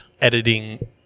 editing